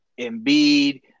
Embiid